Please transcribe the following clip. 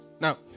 Now